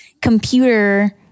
computer